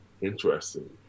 interesting